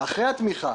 אחרי התמיכה.